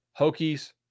Hokies